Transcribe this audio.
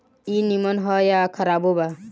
ई निमन ह आ खराबो बा